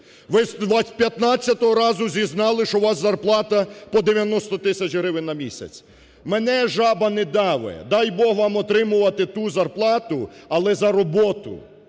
Ви з п'ятнадцятого разу зізнались, що у вас зарплата по 90 тисяч гривень на місяць. Мене "жаба не даве", дай Бог, вам отримувати ту зарплату, але за роботу.